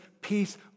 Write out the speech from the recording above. peace